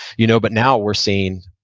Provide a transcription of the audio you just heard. you know but now we're seeing,